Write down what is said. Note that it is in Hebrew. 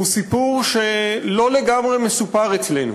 הוא סיפור שלא לגמרי מסופר אצלנו,